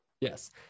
Yes